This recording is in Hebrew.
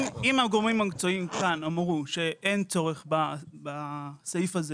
אם הגורמים המקצועיים כאן אמרו שאין צורך בסעיף הזה